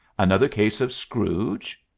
another case of scrooge?